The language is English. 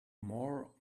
more